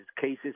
cases